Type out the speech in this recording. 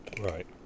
Right